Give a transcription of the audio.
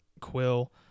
Quill